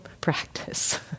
practice